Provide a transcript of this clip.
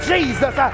Jesus